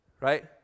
Right